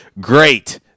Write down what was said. great